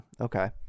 okay